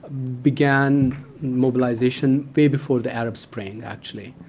began mobilization way before the arab spring, actually.